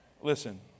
Listen